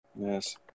Yes